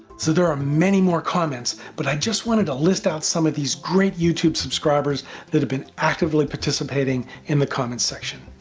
so there are many more comments, but i just wanted wanted to list out some of these great youtube subscribers that have been actively participating in the comments section